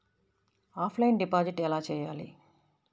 Offline deposit ఎలా చేయాలి?